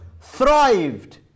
thrived